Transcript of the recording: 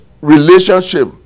relationship